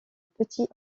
petits